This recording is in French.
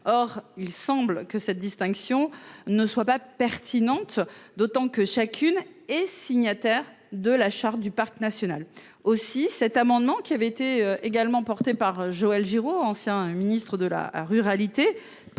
or il semble que cette distinction ne soit pas pertinente, d'autant que chacune et signataire de la charte du parc national aussi cet amendement qui avait été également porté par Joël Giraud ancien Ministre de la ruralité